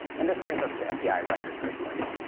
and this brings us to fbi record systems.